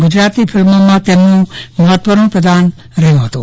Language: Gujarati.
ગુજરાતી ફિલ્મોમાં તેમનું મહત્વનું પ્રદાન રહ્યું હતું